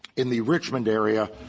in the richmond area,